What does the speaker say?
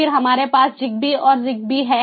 फिर हमारे पास ZigBee और ZigBee हैं